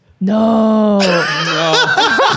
No